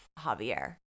Javier